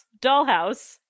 dollhouse